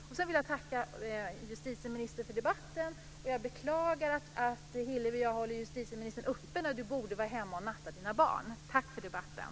Slutligen vill jag tacka justitieministern för debatten, och jag beklagar att Hillevi och jag håller justitieministern uppe när han borde vara hemma och natta sina barn. Tack för debatten!